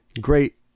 great